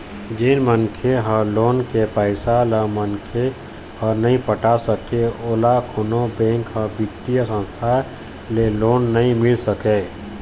जेन मनखे ह लोन के पइसा ल मनखे ह नइ पटा सकय ओला कोनो बेंक या बित्तीय संस्था ले लोन नइ मिल सकय